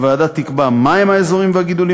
הוועדה תקבע מה הם האזורים והגידולים